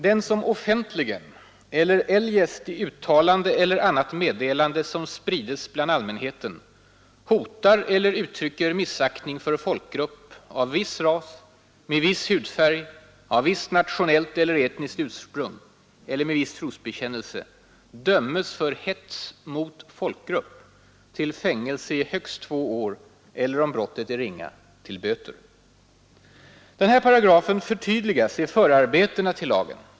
”Den som offentligen eller eljest i uttalande eller annat meddelande som sprides bland allmänheten hotar eller uttrycker missaktning för folkgrupp av viss ras, med viss hudfärg, av visst nationellt eller etniskt ursprung eller med viss trosbekännelse, dömes för hets mot folkgrupp till fängelse i högst två år eller, om brottet är ringa, till böter.” Den här paragrafen förtydligas i förarbetena till lagen.